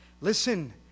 Listen